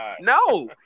no